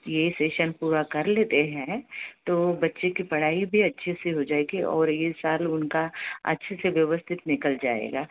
ये सेशन पूरा कर लेते हैं तो बच्चे की पढ़ाई भी अच्छे से हो जाएगी और यह साल उनका अच्छे से व्यवस्थित निकल जाएगा